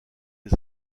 les